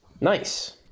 Nice